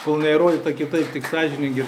kol neįrodyta kitaip tik sąžiningi